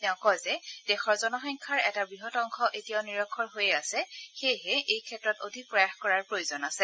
তেওঁ কয় যে দেশৰ জনসংখ্যাৰ এটা বৃহৎ অংশ এতিয়াও নিৰক্ষৰ হৈয়ে আছে সেয়েহে এই ক্ষেত্ৰত অধিক প্ৰয়াস কৰাৰ প্ৰয়োজন আছে